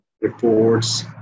reports